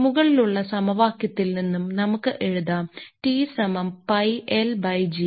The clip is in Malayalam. മുകളിലുള്ള സമവാക്യത്തിൽ നിന്ന് നമുക്ക് എഴുതാം T സമം പൈ Lg